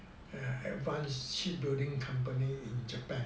advanced shipbuilding company in japan